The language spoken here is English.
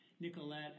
Nicolette